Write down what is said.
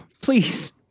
please